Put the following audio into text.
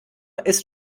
ist